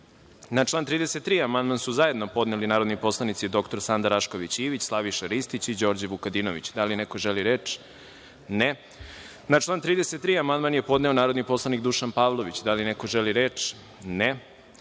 član 33. amandman su zajedno podneli narodni poslanici dr Sanda Rašković Ivić, Slaviša Ristić i Đorđe Vukadinović. Da li neko želi reč? (Ne)Na član 33. amandman je podneo narodni poslanik Dušan Pavlović. Da li neko želi reč?